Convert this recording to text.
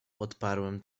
odparłem